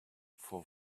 for